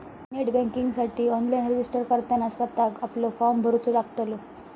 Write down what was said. net बँकिंगसाठी online registered करताना स्वतःक आपलो फॉर्म भरूचो लागतलो